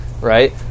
right